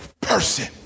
person